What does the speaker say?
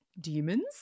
demons